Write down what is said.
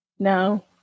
No